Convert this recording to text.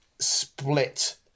split